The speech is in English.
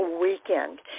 weekend